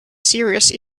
serious